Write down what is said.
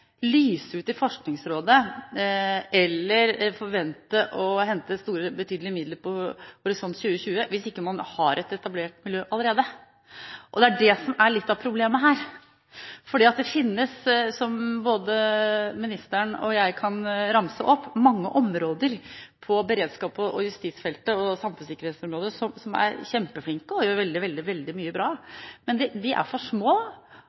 har et etablert miljø allerede. Det er det som er litt av problemet her. Det finnes, som både ministeren og jeg kan ramse opp, mange forskere på beredskaps-, justis- og samfunnssikkerhetsområdet som er kjempeflinke og gjør veldig mye bra, men miljøene er for små,